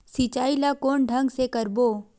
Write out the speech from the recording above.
सिंचाई ल कोन ढंग से करबो?